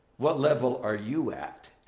what level are you at?